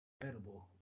incredible